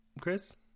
Chris